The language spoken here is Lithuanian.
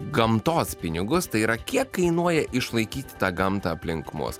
gamtos pinigus tai yra kiek kainuoja išlaikyti tą gamtą aplink mus